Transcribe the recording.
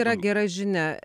yra gera žinia